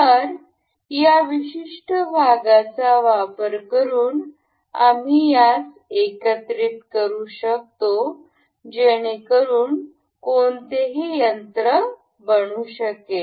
तर या विशिष्ट भागांचा वापर करून आम्ही यास एकत्रित करू शकतो जेणेकरुन कोणतेही यंत्र बनवू शकेल